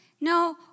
No